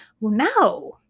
No